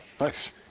Nice